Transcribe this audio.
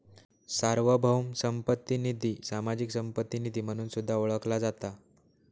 सार्वभौम संपत्ती निधी, सामाजिक संपत्ती निधी म्हणून सुद्धा ओळखला जाता